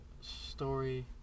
story